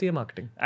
marketing